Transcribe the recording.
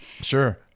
sure